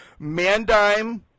Mandime